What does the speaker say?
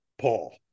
Paul